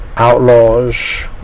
Outlaws